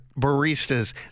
baristas